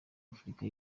afurika